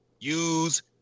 use